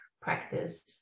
practice